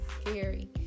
scary